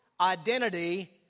identity